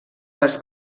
les